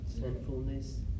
Sinfulness